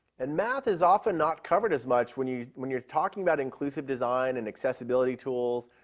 and math is often not covered as much, when you when you are talking about inclusive design and accessibility tools.